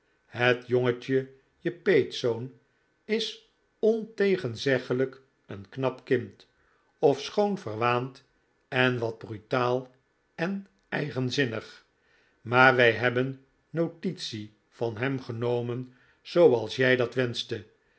het jongetje je peetzoon is ontegenzeggelijk een knap kind ofschoon verwaand en wat brutaal en eigenzinnig maar wij hebben notitie van hem genomen zooals jij dat wenschte